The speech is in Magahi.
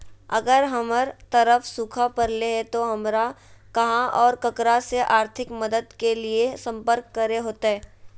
अगर हमर तरफ सुखा परले है तो, हमरा कहा और ककरा से आर्थिक मदद के लिए सम्पर्क करे होतय?